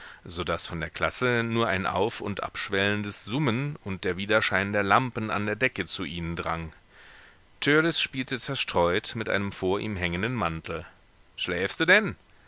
so daß von der klasse nur ein auf und abschwellendes summen und der widerschein der lampen an der decke zu ihnen drang törleß spielte zerstreut mit einem vor ihm hängenden mantel schläfst du denn